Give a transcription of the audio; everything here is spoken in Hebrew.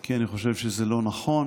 כי אני חושב שזה לא נכון,